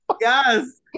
Yes